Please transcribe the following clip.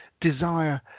desire